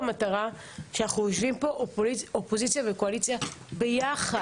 יש דברים שאובייקטיביים או חיצוניים שאי אפשר לעשות איתם דבר.